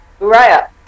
Uriah